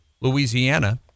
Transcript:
Louisiana